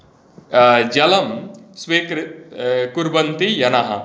जलं स्वीकृ कुर्वन्ति जनः